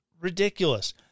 ridiculous